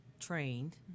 trained